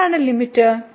എന്താണ് ലിമിറ്റ്